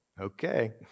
Okay